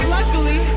Luckily